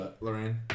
Lorraine